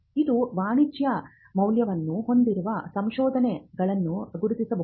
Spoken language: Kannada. ಇದು ವಾಣಿಜ್ಯ ಮೌಲ್ಯವನ್ನು ಹೊಂದಿರುವ ಸಂಶೋಧನೆಗಳನ್ನು ಗುರುತಿಸಬಹುದು